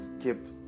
kept